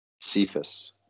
Cephas